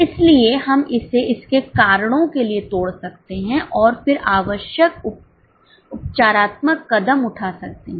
इसलिए हम इसे इसके कारणों के लिए तोड़ सकते हैं और फिर आवश्यक उपचारात्मक कदम उठा सकते हैं